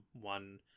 one